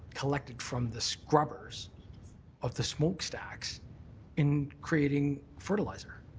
collected from the scrubbers of the smokestacks in creating fertilizer.